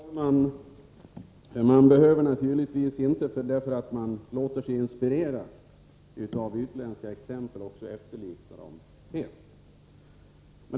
Fru talman! Man behöver naturligtvis inte, därför att man låter sig inspireras av utländska exempel, efterlikna dem helt.